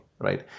right